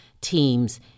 teams